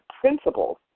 principles